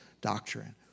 doctrine